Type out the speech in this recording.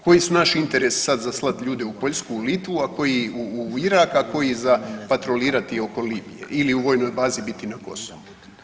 Koji su naši interesi sad za slat ljude u Poljsku, Litvu, a koji u Irak, a koji za patrolirati oko Libije ili u vojnoj bazi biti na Kosovu?